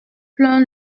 plein